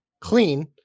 clean